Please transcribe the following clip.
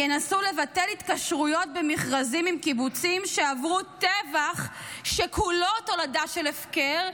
ינסו לבטל התקשרויות במכרזים עם קיבוצים שעברו טבח שכולו תולדה של הפקר,